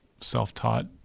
self-taught